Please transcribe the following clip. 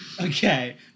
Okay